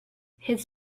his